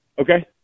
Okay